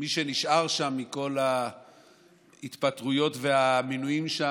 מי שנשאר שם, עם כל ההתפטרויות והמינויים שם,